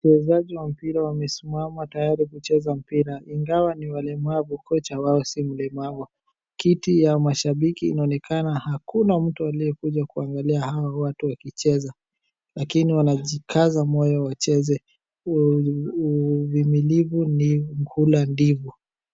Wachezaji wa mpira wamesimama tayari kucheza mpira ingawa ni walemavu kocha wao si mlemavu. Kiti ya mashambiki inaonekana hakuna mtu aliyekuja kuangalia hawa watu wakicheza, lakini wanajikaza moyo wacheze uvumilivu ndo ukula mbivu.